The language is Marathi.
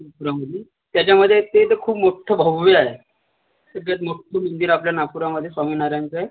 नागपुरामध्ये त्याच्यामध्ये ते तर खूप मोठ्ठं भव्य आहे सगळ्यात मोठं मंदिर आपल्या नागपुरामध्ये स्वामीनारायणाचं आहे